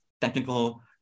technical